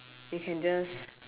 you can just